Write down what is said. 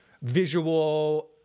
visual